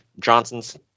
Johnson's